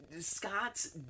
Scott's